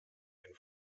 den